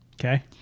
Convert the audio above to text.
Okay